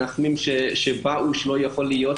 המנחמים שבאו לנחם את משפחת קיי ולא יכלו להיכנס,